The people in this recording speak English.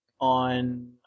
on